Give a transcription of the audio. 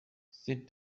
sit